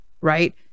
right